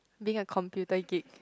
being a computer geek